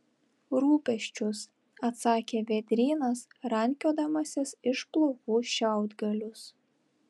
rūpesčius atsakė vėdrynas rankiodamasis iš plaukų šiaudgalius